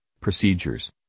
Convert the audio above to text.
procedures